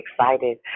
excited